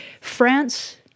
France